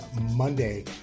Monday